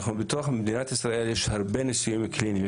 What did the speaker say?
בתוך מדינת ישראל יש הרבה ניסויים קליניים.